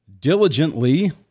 diligently